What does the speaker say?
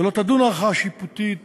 ולא תדון ערכאה שיפוטית